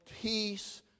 peace